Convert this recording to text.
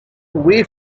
way